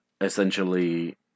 essentially